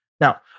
Now